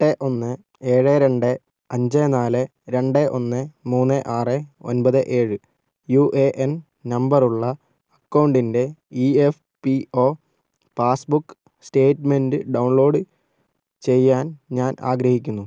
എട്ട് ഒന്ന് ഏഴ് രണ്ട് അഞ്ച് നാല് രണ്ട് ഒന്ന് മൂന്ന് ആറ് ഒൻപത് ഏഴ് യു എ എൻ നമ്പറുള്ള അക്കൗണ്ടിൻ്റെ E F P O passbook statement download ചെയ്യാൻ ഞാൻ ആഗ്രഹിക്കുന്നു